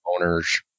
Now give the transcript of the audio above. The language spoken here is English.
owners